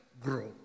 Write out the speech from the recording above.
grow